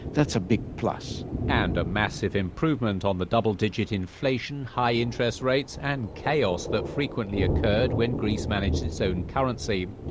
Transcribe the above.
that's a big plus and a massive improvement on the double-digit inflation, high interest rates and chaos that frequently occurred when greece managed its own currency.